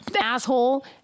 asshole